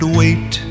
wait